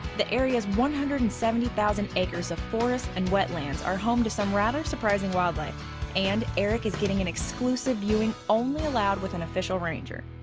the area's one hundred and seventy thousand acres of forest and wetlands are home to some rather surprising wildlife and erick is getting an exclusive viewing only allowed with an official ranger.